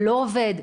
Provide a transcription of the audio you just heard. לא עובד?